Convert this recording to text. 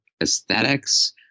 aesthetics